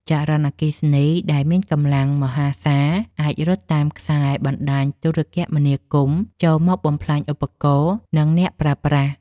ចរន្តអគ្គិសនីដែលមានកម្លាំងមហាសាលអាចរត់តាមខ្សែបណ្តាញទូរគមនាគមន៍ចូលមកបំផ្លាញឧបករណ៍ និងអ្នកប្រើប្រាស់។